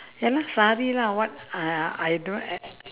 ya lah sari lah what I I I don't e~